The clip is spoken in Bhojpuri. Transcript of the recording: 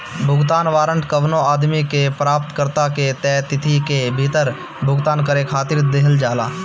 भुगतान वारंट कवनो आदमी के प्राप्तकर्ता के तय तिथि के भीतर भुगतान करे खातिर दिहल जाला